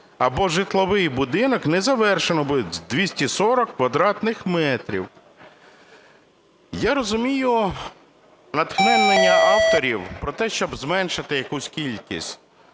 або житловий будинок незавершеного… 240 квадратних метрів. Я розумію натхнення авторів про те, щоб зменшити якусь кількість,